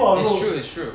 it's true it's true